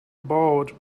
about